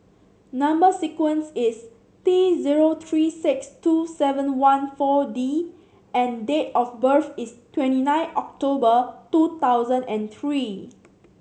number sequence is T zero three six two seven one four D and date of birth is twenty nine October two thousand and three